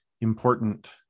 important